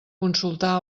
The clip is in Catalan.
consultar